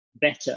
better